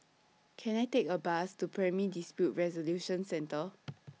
Can I Take A Bus to Primary Dispute Resolution Centre